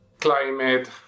climate